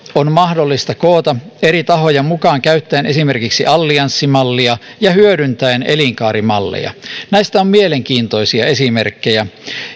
on mahdollista koota eri tahoja mukaan käyttäen esimerkiksi allianssimallia ja hyödyntäen elinkaarimalleja näistä on mielenkiintoisia esimerkkejä